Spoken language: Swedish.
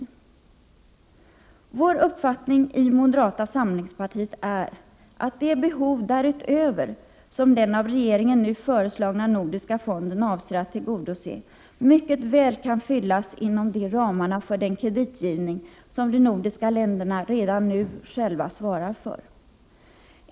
sslönder Vår uppfattning i moderata samlingspartiet är, att de behov därutöver som den av regeringen nu föreslagna nordiska fonden avser att tillgodose mycket väl kan fyllas inom ramarna för den kreditgivning som de nordiska länderna redan nu själva svarar för.